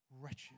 wretched